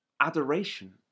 adoration